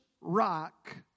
rock